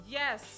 yes